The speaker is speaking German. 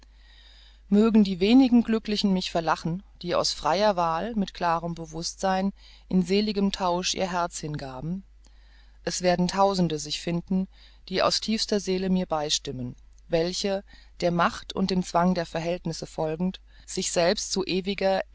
mögen die wenigen glücklichen mich verlachen die aus freier wahl mit klarem bewußtsein in seligem tausch ihr herz dahingaben es werden tausende sich finden die aus tiefster seele mir beistimmen welche der macht und dem zwange der verhältnisse folgend sich selbst zu ewiger